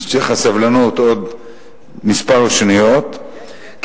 שתהיה לך סבלנות עוד שניות מספר, יש.